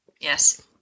Yes